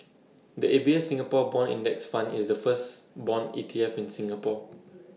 the A B F Singapore Bond index fund is the first Bond E T F in Singapore